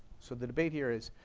so the debate here is